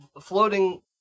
floating